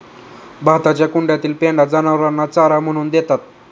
भाताच्या कुंड्यातील पेंढा जनावरांना चारा म्हणून देतात